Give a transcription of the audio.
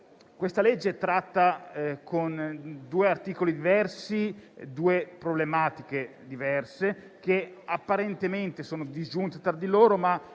Questa legge tratta, con due articoli diversi, due problematiche diverse, apparentemente sono disgiunte tra di loro,